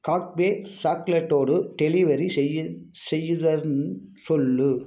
காக்பேக் சாக்லேட்டோடு டெலிவரி செய்யு செய்யுதான் சொல்லு